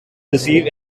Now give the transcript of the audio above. received